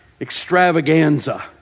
extravaganza